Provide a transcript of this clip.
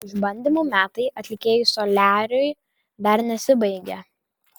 išbandymų metai atlikėjui soliariui dar nesibaigė